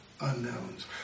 unknowns